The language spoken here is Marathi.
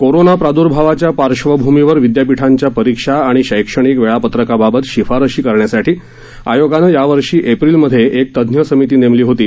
कोरोना प्रादर्भावाच्या पार्श्वभूमीवर विदयापीठांच्या परीक्षा आणि शैक्षणिक वेळापत्रका बाबत शिफारशी करण्यासाठी आयोगानं या वर्षी एप्रिलमध्ये एक तज्ञ समिती नेमली होती